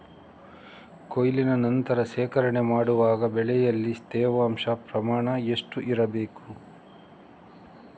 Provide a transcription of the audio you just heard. ಕೊಯ್ಲಿನ ನಂತರ ಶೇಖರಣೆ ಮಾಡುವಾಗ ಬೆಳೆಯಲ್ಲಿ ತೇವಾಂಶದ ಪ್ರಮಾಣ ಎಷ್ಟು ಇರಬೇಕು?